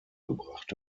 gebracht